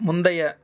முந்தைய